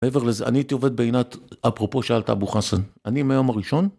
מעבר לזה, אני הייתי עובד בעינת, אפרופו שאלת אבו חסן, אני מיום הראשון.